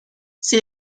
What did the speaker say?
sin